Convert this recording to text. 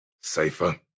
Safer